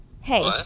Hey